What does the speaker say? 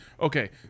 okay